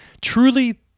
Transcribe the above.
Truly